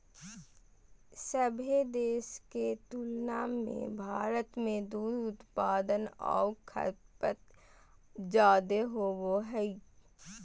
सभे देश के तुलना में भारत में दूध उत्पादन आऊ खपत जादे होबो हइ